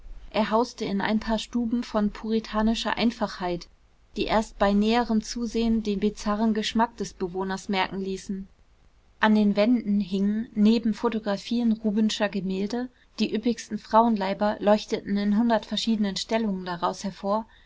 er hauste in ein paar stuben von puritanischer einfachheit die erst bei näherem zusehen den bizarren geschmack des bewohners merken ließen an den wänden hingen neben photographien rubensscher gemälde die üppigsten frauenleiber leuchteten in hundert verschiedenen stellungen daraus hervor